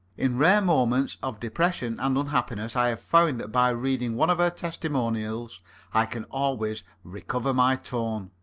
in rare moments of depression and unhappiness i found that by reading one of her testimonials i can always recover my tone.